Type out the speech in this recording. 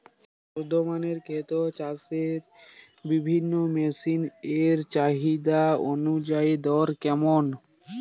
বর্তমানে ক্ষেত চষার বিভিন্ন মেশিন এর চাহিদা অনুযায়ী দর কেমন?